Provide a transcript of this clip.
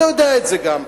ואתה יודע את זה גם,